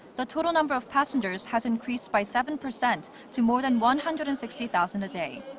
the total number of passengers has increased by seven percent to more than one hundred and sixty thousand a day.